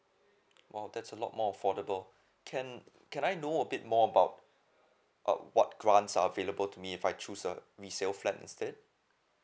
oh that's a lot more affordable can can I know a bit more about uh what grant are available to me if I choose a resale flat instead